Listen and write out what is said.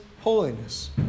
holiness